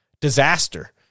disaster